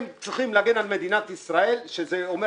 הם צריכים להגן על מדינת ישראל וזה אומר